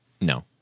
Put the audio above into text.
No